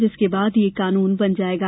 जिसके बाद यह कानून बन जाएग